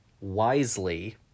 Wisely